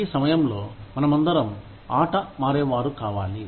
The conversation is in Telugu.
ఈ సమయంలో మనమందరం ఆట మారేవారు కావాలి